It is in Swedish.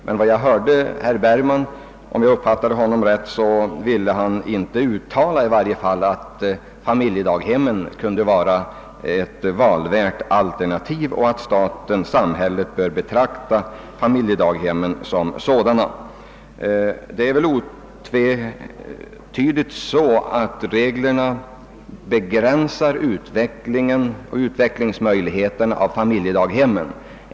Men om jag uppfattade herr Bergman rätt ville han i varje fall inte uttala, att familjedaghemmen kunde vara ett valvärt alternativ och att samhället bör betrakta familjedaghemmen som ett sådant alternativ. Det är otvivelaktigt så, att reglerna begränsar utvecklingen och utvecklingsmöjligheterna för familjedaghemmen.